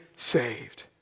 saved